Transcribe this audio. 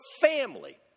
family